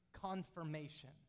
confirmation